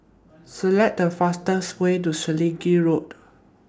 Select The fastest Way to Selegie Road